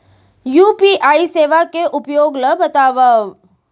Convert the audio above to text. UPI सेवा के उपयोग ल बतावव?